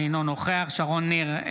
אינו נוכח שרון ניר,